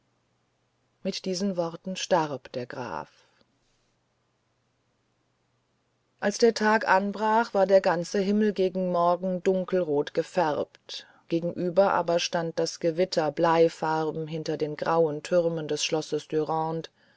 mit diesen worten starb der graf als der tag anbrach war der ganze himmel gegen morgen dunkelrot gefärbt gegenüber aber stand das gewitter bleifarben hinter den grauen türmen des schlosses dürande